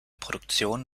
produktion